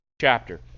chapter